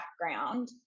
background